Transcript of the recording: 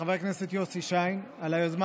לחבר הכנסת יוסי שיין על היוזמה